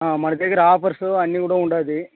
మన దగ్గర ఆఫర్సు అన్నీ కూడా ఉంది